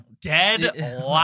dead